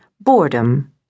boredom